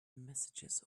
messages